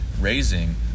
raising